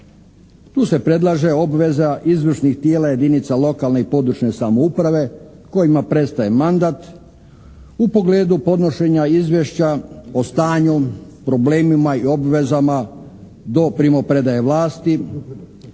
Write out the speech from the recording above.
Tu se predlaže obveza izvršnih tijela jedinica lokalne i područne samouprave kojima prestaje mandat u pogledu podnošenja izvješća o stanju, problemima i obvezama do primopredaje vlasti,